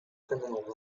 criminal